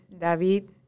david